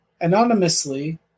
anonymously